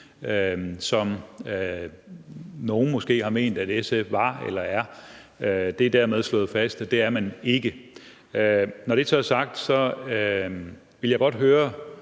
som nogle måske har ment at SF var eller er. Det er dermed slået fast, at det er man ikke. Når det så er sagt, vil jeg godt høre